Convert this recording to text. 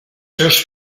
seus